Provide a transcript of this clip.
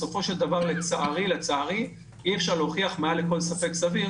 בסופו של דבר לצערי אי אפשר להוכיח מעל לכל ספק סביר